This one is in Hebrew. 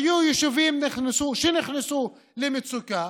היו יישובים שנכנסו למצוקה